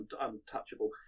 untouchable